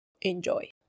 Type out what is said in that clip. enjoy